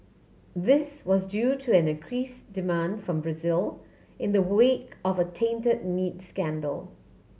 this was due to an increase demand from Brazil in the wake of a taint meat scandal